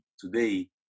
today